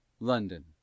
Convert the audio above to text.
LONDON